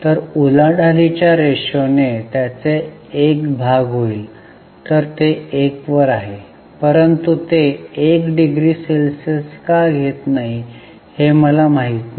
तर उलाढालीच्या रेशोने त्याचे 1 भाग होईल ते 1 वर आहे परंतु ते 1 डिग्री सेल्सियस का घेत नाही हे मला माहित नाही